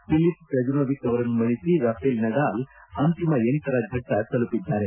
Philip Krajinovic ಅವರನ್ನು ಮಣಿಸಿ Rafael Nadal ಅಂತಿಮ ಎಂಟರ ಘಟ್ಟ ತಲುಪಿದ್ದಾರೆ